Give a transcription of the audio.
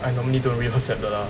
I normally don't read WhatsApp 的 lah